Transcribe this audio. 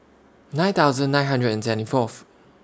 nine thousand nine hundred and seventy Fourth